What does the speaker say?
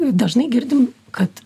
dažnai girdim kad